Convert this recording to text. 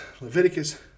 Leviticus